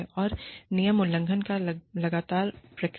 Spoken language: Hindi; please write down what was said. और नियम उल्लंघन पर लगातार प्रतिक्रिया